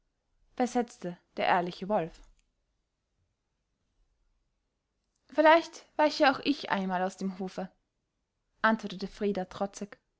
versetzte der ehrliche wolf vielleicht weiche auch ich einmal aus dem hofe antwortete frida trotzig